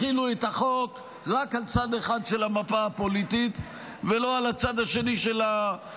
החילו את החוק רק על צד אחד של המפה הפוליטית ולא על הצד השני של המפה,